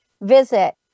visit